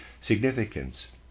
significance